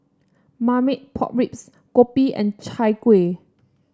Marmite Pork Ribs Kopi and Chai Kuih